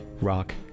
Rock